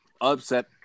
Upset